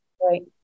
right